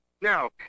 Now